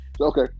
Okay